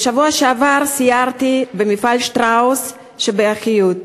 בשבוע שעבר סיירתי במפעל "שטראוס" שבאחיהוד.